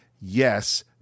yes